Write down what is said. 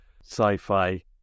sci-fi